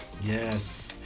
Yes